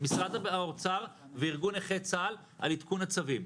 משרד האוצר וארגון נכי צה"ל על עדכון הצווים.